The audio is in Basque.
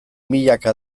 milaka